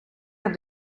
have